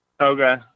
Okay